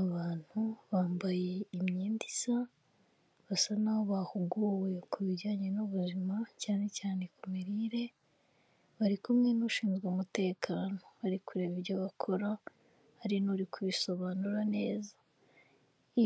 Abantu bambaye imyenda isa, basa n'aho bahuguwe ku bijyanye n'ubuzima cyane cyane ku mirire, bari kumwe n'ushinzwe umutekano bari kureba ibyo bakora hari n'uri kubisobanura neza,